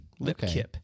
Lipkip